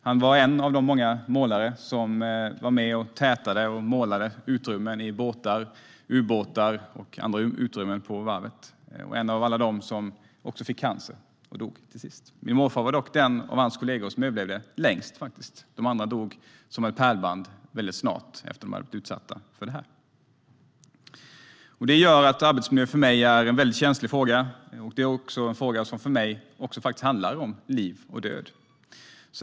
Han var en av många målare som var med och tätade och målade utrymmen i båtar, ubåtar och andra utrymmen på varvet. Han var en av alla de som fick cancer och till sist dog. Min morfar var dock den av kollegorna som överlevde längst. De andra dog snart efter att de blivit utsatta för detta, som på ett pärlband. Arbetsmiljö är därför en känslig fråga för mig. Det handlar faktiskt om liv och död.